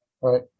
Right